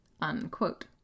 unquote